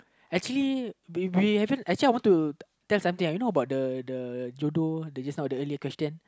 actually we actually I want to tell you something you know about the judo the just now the earlier question